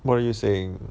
what are you saying